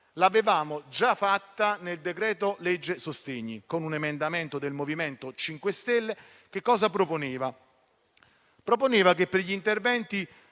l'avevamo già fatta nel decreto-legge sostegni con un emendamento del MoVimento 5 Stelle, che proponeva che per gli interventi